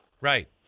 Right